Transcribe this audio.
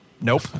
Nope